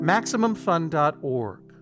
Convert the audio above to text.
Maximumfun.org